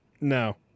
No